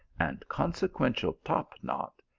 and consequential topknot,